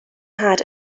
had